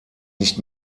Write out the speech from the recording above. nicht